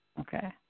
Okay